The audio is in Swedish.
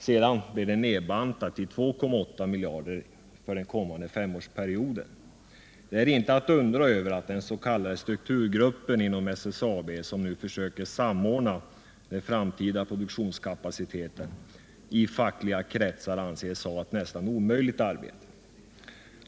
Den blev sedan nedbantad till 2,8 miljarder för den kommande femårsperioden. Det är inte att undra över att den s.k. strukturgruppen inom SSAB, som nu försöker samordna den framtida produktionskapaciteten, i fackliga kretsar anses ha ett nästan omöjligt arbete.